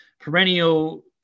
Perennial